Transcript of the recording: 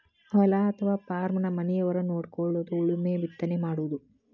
ಹೊಲಾ ಅಥವಾ ಪಾರ್ಮನ ಮನಿಯವರ ನೊಡಕೊಳುದು ಉಳುಮೆ ಬಿತ್ತನೆ ಮಾಡುದು